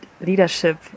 leadership